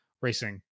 racing